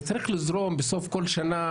זה צריך לזרום בסוף כל שנה,